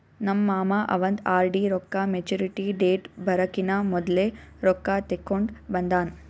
ನಮ್ ಮಾಮಾ ಅವಂದ್ ಆರ್.ಡಿ ರೊಕ್ಕಾ ಮ್ಯಚುರಿಟಿ ಡೇಟ್ ಬರಕಿನಾ ಮೊದ್ಲೆ ರೊಕ್ಕಾ ತೆಕ್ಕೊಂಡ್ ಬಂದಾನ್